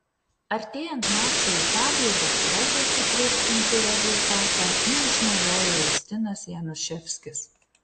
artėjant mačui į pabaigą progos įtvirtinti rezultatą neišnaudojo justinas januševskis